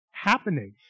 happening